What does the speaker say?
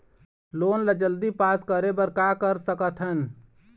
Loan ला जल्दी पास करे बर का कर सकथन?